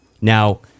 Now